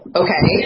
okay